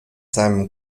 seinem